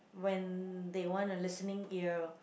when they want a listening ear